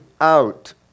out